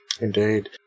Indeed